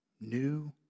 new